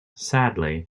sadly